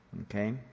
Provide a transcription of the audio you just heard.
Okay